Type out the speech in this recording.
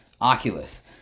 Oculus